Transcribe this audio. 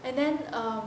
and then um